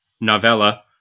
novella